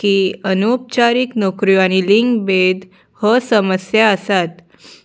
की अनुपचारीक नोकऱ्यो आनी लिंगभेद हो समस्या आसात